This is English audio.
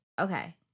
okay